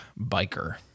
biker